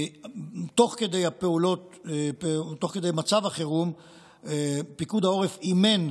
תוך כדי מצב החירום פיקוד העורף אימן,